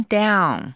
down